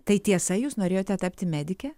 tai tiesa jūs norėjote tapti medike